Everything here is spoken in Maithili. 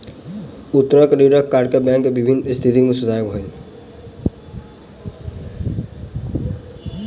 उत्तोलन ऋणक कारणेँ बैंक के वित्तीय स्थिति मे सुधार भेल